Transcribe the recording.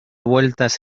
vueltas